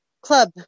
club